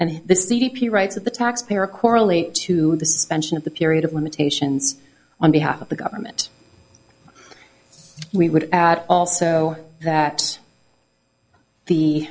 and the c d p rights of the taxpayer correlate to the suspension of the period of limitations on behalf of the government we would add also that the